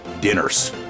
dinners